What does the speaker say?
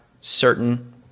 certain